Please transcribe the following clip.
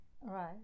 right